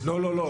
זה לא בסדר.